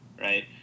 Right